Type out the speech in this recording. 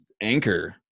anchor